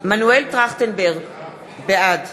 מנואל טרכטנברג, בעד